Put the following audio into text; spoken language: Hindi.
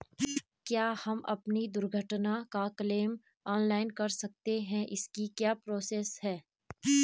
क्या हम अपनी दुर्घटना का क्लेम ऑनलाइन कर सकते हैं इसकी क्या प्रोसेस है?